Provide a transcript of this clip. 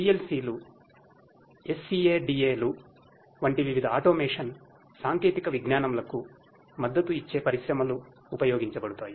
పిఎల్సిలు సాంకేతిక విజ్ఞానంలకు మద్దతు ఇచ్చే పరిశ్రమలు ఉపయోగించబడతాయి